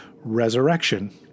resurrection